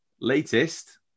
Latest